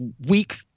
weak